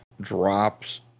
drops